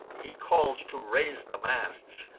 he calls to raise the masts,